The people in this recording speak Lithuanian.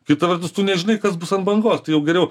kita vertus tu nežinai kas bus ant bangos tai jau geriau